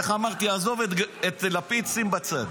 איך אמרתי, את לפיד שים בצד,